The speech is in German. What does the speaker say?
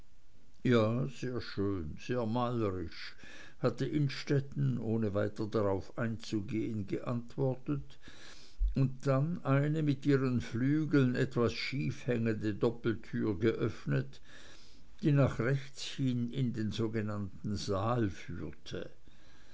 ja sehr schön sehr malerisch hatte innstetten ohne weiter darauf einzugehen geantwortet und dann eine mit ihren flügeln etwas schief hängende doppeltür geöffnet die nach rechts hin in den sogenannten saal führte